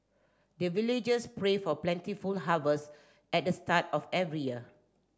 the villagers pray for plentiful harvest at the start of every year